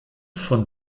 von